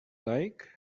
like